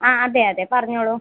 ആ അതെ അതെ പറഞ്ഞോളൂ